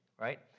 right